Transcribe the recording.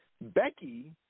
Becky